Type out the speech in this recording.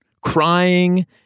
crying